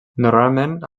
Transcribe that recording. normalment